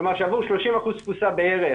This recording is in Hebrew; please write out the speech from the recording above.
כלומר שעבור 30% תפוסה בערך